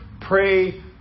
pray